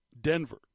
Denver